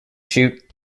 shoot